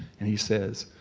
and he says,